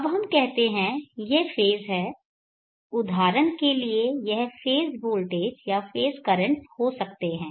अब हम कहते हैं ये फेज़ हैं उदाहरण के लिए यह फेज़ वोल्टेज या फेज़ कर्रेंटस हो सकते हैं